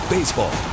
Baseball